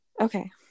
Okay